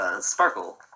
sparkle